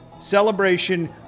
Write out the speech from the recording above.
celebration